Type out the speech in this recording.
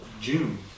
June